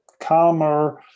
calmer